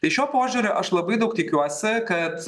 tai šiuo požiūriu aš labai daug tikiuosi kad